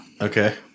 Okay